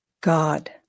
God